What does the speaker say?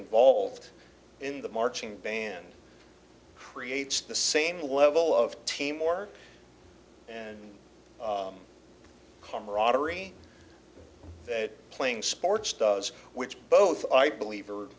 involved in the marching band creates the same level of timor and camaraderie that playing sports does which both i believe